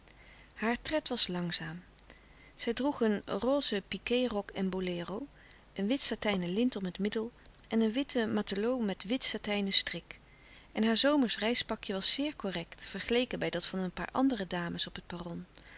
haar tred was langzaam zij droeg een roze piqué rok en bolero een wit satijnen lint om het middel en een witten matelot met wit satijnen strik en haar zomersch reispakje was zeer correct vergeleken bij dat van een paar andere dames op het perron